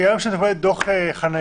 היום, כשאת נותנת דוח חניה,